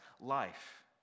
life